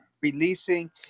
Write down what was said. releasing